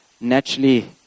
naturally